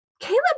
Caleb